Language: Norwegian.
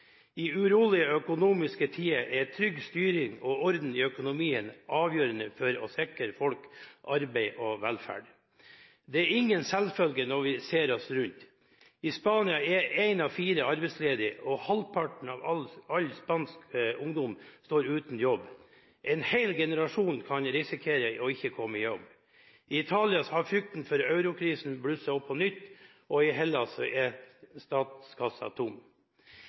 I urolige økonomiske tider er trygg styring og orden i økonomien avgjørende for å sikre folk arbeid og velferd. Det er ingen selvfølge når vi ser oss rundt. I Spania er en av fire arbeidsledig, og halvparten av all spansk ungdom står uten jobb. En hel generasjon kan risikere ikke å komme i jobb. I Italia har frykten for eurokrisen blusset opp på nytt, og i Hellas er statskassen tom.